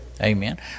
amen